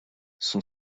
son